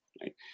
right